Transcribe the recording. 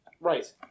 Right